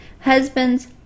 Husbands